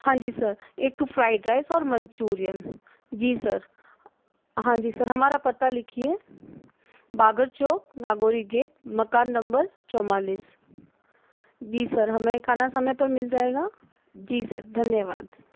हाँ जी सर एक फ्राइड राइस और मंचूरियन जी सर हाँ जी सर हमारा पता लिखिए बागर चौक नागोरी गेट मकान नंबर चौआलिस जी सर हमें खाना समय पर मिल जाएगा जी सर धन्यवाद